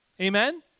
Amen